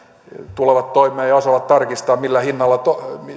tulevat toimeen ja osaavat tarkistaa millä hinnalla